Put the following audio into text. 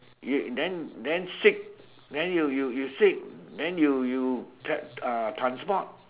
you then then sick then you you you sick then you you tra~ uh transport